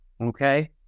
Okay